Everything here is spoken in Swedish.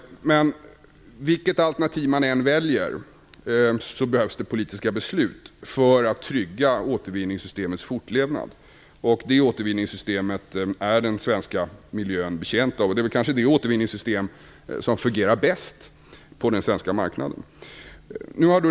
Vilket alternativ man än väljer behövs det politiska beslut för att trygga återvinningssystemets fortlevnad. Detta återvinningssystem är den svenska miljön betjänt av. Dessutom är det kanske det återvinningssystem som fungerar bäst på den svenska marknaden.